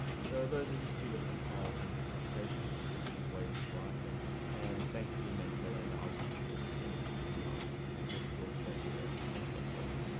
so those are just two different styles of citation or two different ways of writing and thankfully mendeley allows you to just edit in line and will still save the reference and no problem.